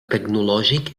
tecnològic